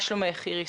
מה שלומך, איריס?